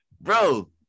Bro